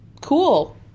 Cool